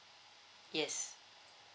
yes